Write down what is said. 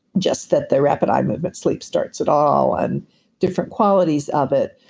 just that the rapid eye movement sleep starts at all, and different qualities of it.